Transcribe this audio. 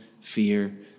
fear